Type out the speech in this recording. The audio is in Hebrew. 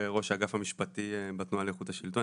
ראש האגף המשפטי בתנועה לאיכות השלטון.